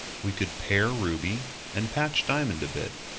we could pare ruby and patch diamond a bit.